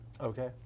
Okay